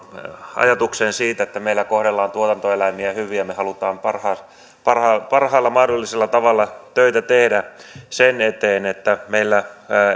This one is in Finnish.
ajatukseen siitä että meillä kohdellaan tuotantoeläimiä hyvin ja me haluamme parhaalla parhaalla mahdollisella tavalla töitä tehdä sen eteen että meillä